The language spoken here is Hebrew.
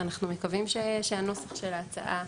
אנחנו מקווים שהנוסח של ההצעה